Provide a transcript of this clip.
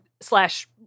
slash